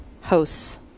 hosts